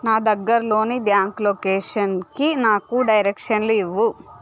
నా దగ్గర ని బ్యాంకు లొకేషన్కి నాకు డైరెక్షన్లు ఇవ్వు